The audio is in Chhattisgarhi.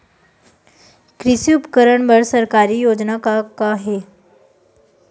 कृषि उपकरण बर सरकारी योजना का का हे?